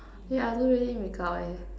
ya I don't really make-up leh